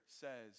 says